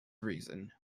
reason